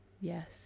Yes